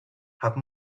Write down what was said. have